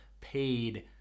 paid